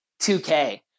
2K